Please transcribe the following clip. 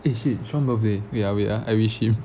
is eh shit sean birthday wait ah wait ah I wish him